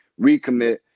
recommit